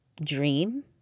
Dream